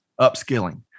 upskilling